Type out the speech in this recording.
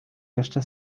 jeszcze